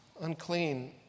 unclean